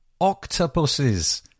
octopuses